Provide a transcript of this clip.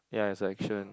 yeah it's a action